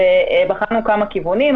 ובחנו כמה כיוונים.